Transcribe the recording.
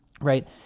right